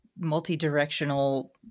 multi-directional